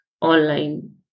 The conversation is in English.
online